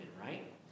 Right